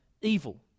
evil